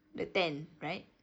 the tenth right